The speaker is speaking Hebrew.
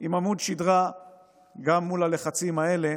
עם עמוד שדרה גם מול הלחצים האלה,